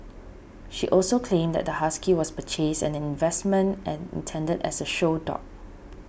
she also claimed that the husky was purchased as an investment and intended as a show dog